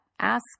ask